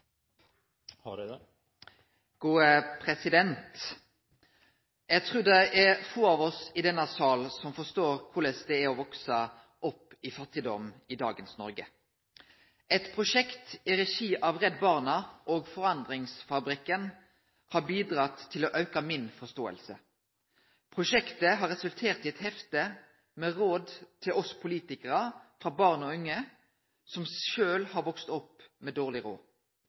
har ikke bedt om ordet til sak nr. 5. Eg trur det er få av oss i denne salen som forstår korleis det er å vekse opp i fattigdom i dagens Noreg. Eit prosjekt i regi av Redd Barna og Forandringsfabrikken har bidrege til å auke mi forståing. Prosjektet har resultert i eit hefte med råd til oss politikarar frå barn og unge som sjølve har vakse opp med dårleg